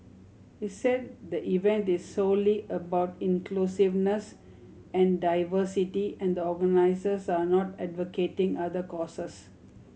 he said the event is solely about inclusiveness and diversity and the organisers are not advocating other causes